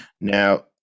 now